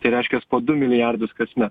tai reiškias po du milijardus kasmet